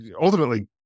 ultimately